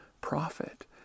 prophet